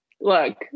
look